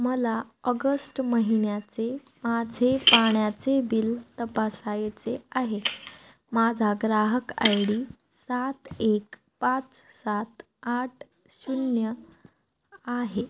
मला ऑगस्ट महिन्याचे माझे पाण्याचे बिल तपासायचे आहे माझा ग्राहक आय डी सात एक पाच सात आठ शून्य आहे